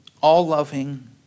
all-loving